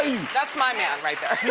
that's my man right there.